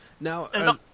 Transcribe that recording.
Now